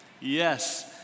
Yes